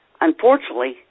Unfortunately